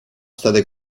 state